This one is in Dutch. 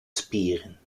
spieren